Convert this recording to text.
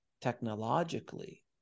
technologically